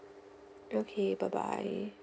okay bye bye